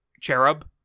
cherub